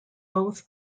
both